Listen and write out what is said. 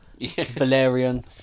Valerian